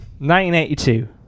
1982